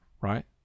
right